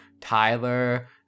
Tyler